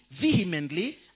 vehemently